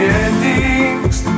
endings